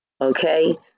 Okay